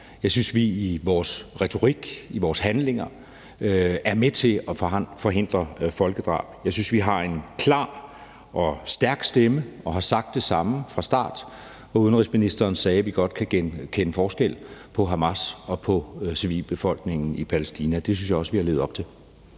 Jeg synes, vi i vores retorik og i vores handlinger er med til at forhindre folkedrab, og jeg synes vi har en klar og stærk stemme og har sagt det samme fra start, hvor udenrigsministeren sagde, at vi godt kan kende forskel på Hamas og på civilbefolkningen i Palæstina. Det synes jeg også vi har levet op til.